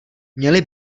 měli